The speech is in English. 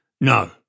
No